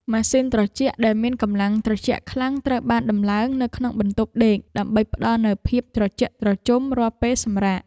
ម៉ាស៊ីនត្រជាក់ដែលមានកម្លាំងត្រជាក់ខ្លាំងត្រូវបានដំឡើងនៅក្នុងបន្ទប់ដេកដើម្បីផ្ដល់នូវភាពត្រជាក់ត្រជុំរាល់ពេលសម្រាក។